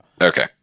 okay